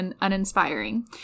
uninspiring